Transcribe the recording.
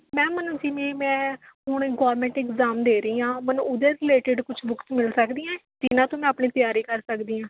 ma'am ਮੈਨੂੰ ਜਿਵੇਂ ਮੈਂ ਹੁਣ ਗੌਰਮੈਂਟ ਐਗਜਾਮ ਦੇ ਰਹੀ ਹਾਂ ਮੈਨੂੰ ਉਹਦੇ ਰੀਲੇਟਿਡ ਕੁੱਝ ਬੁੱਕਸ ਮਿਲ ਸਕਦੀਆਂ ਜਿਨ੍ਹਾਂ ਤੋਂ ਮੈਂ ਆਪਣੀ ਤਿਆਰੀ ਕਰ ਸਕਦੀ ਹਾਂ